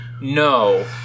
no